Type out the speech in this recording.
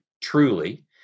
truly